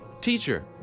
Teacher